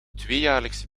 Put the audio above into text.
tweejaarlijkse